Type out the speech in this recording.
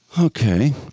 Okay